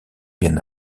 bien